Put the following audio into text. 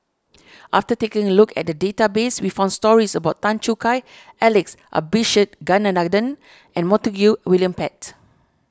after taking a look at the database we found stories about Tan Choo Kai Alex Abisheganaden and Montague William Pett